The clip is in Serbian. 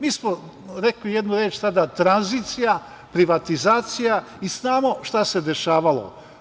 Mi smo rekli jednu reč tada – tranzicija, privatizacija i znamo šta se dešavalo.